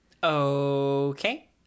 Okay